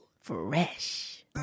Fresh